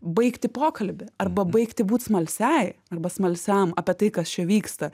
baigti pokalbį arba baigti būt smalsiai arba smalsiam apie tai kas čia vyksta